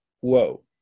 Whoa